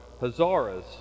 Hazaras